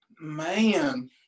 Man